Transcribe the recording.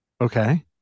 Okay